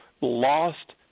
lost